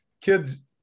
kids